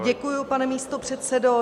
Děkuji, pane místopředsedo.